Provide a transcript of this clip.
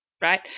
Right